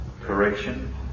correction